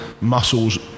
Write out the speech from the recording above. muscles